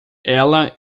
ela